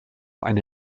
eine